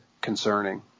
concerning